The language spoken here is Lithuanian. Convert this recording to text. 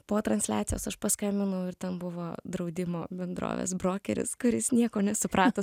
po transliacijos aš paskambinau ir ten buvo draudimo bendrovės brokeris kuris nieko nesuprato